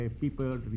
people